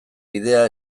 bidea